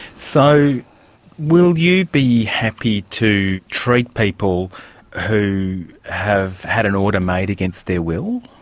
so will you be happy to treat people who have had an order made against their will?